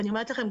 ואני אומרת לכם,